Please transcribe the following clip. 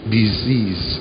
disease